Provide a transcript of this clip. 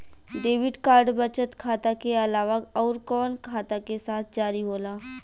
Debit card बचत खाता के अलावा अउरकवन खाता के साथ जारी होला?